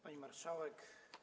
Pani Marszałek!